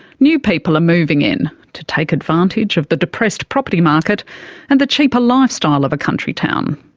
new people are moving in to take advantage of the depressed property market and the cheaper lifestyle of a country town,